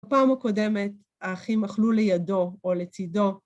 בפעם הקודמת האחים אכלו לידו או לצידו.